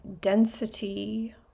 density